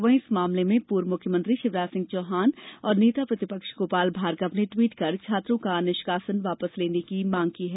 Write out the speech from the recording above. वहीं इस मामले में पूर्व मुख्यमंत्री शिवराज सिंह चौहान और नेता प्रतिपक्ष गोपाल भार्गव ने ट्वीट कर छात्रों का निष्कासन वापस लेने की मांग की है